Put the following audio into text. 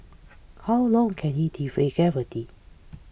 how long can he defy gravity